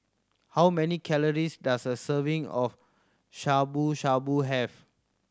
how many calories does a serving of Shabu Shabu have